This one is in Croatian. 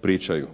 pričaju.